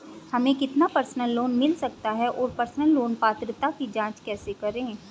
हमें कितना personal loan मिल सकता है और पर्सनल लोन पात्रता की जांच कैसे करें?